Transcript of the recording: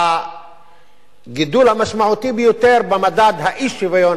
הגידול המשמעותי ביותר במדד האי-שוויון